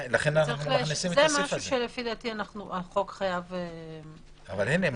זה משהו שהחוק חייב- - אבל הנה,